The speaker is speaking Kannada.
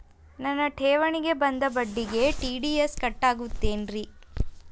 ನನ್ನ ಠೇವಣಿಗೆ ಬಂದ ಬಡ್ಡಿಗೆ ಟಿ.ಡಿ.ಎಸ್ ಕಟ್ಟಾಗುತ್ತೇನ್ರೇ?